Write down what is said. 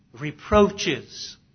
Reproaches